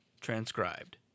transcribed